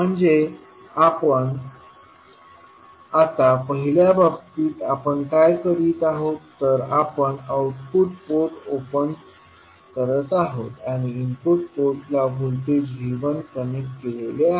म्हणजे आता पहिल्या बाबतीत आपण काय करीत आहोत तर आपण आउटपुट पोर्ट ओपन करत आहोत आणि इनपुट पोर्टला व्होल्टेजV1कनेक्ट केलेले आहे